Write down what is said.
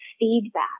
feedback